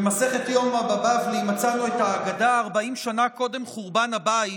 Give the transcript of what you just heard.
במסכת יומא בבבלי מצאנו את האגדה: "ארבעים שנה קודם חורבן הבית